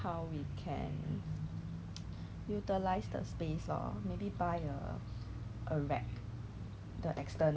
since I think the virus started in China first right now then I'm like I'm getting stuff from China